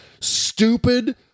stupid